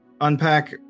unpack